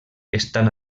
estan